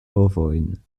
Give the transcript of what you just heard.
ovojn